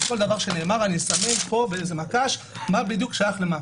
כל דבר שנאמר אני אסמן פה באיזה מקש מה בדיוק שייך למה.